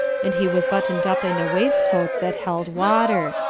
and he was buttoned up in a waistcoat that held water.